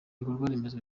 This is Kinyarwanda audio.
ibikorwaremezo